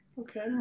Okay